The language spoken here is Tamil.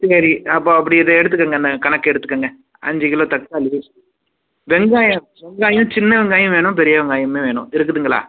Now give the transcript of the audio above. சரி அப்போது அப்படி இதை எடுத்துக்கோங்க இந்த கணக்கை எடுத்துக்கோங்க அஞ்சு கிலோ தக்காளி வெங்காயம் வெங்காயம் சின்ன வெங்காயம் வேணும் பெரிய வெங்காயமுமே வேணும் இருக்குதுங்களா